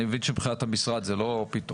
אני מבין שמבחינת המשרד זה לא פתאום.